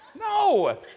No